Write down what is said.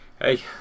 hey